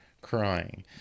crying